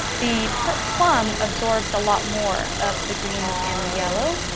the plum absorbs a lot more of the green and the yellow.